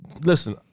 listen